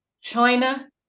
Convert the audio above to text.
China